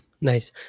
nice